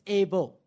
able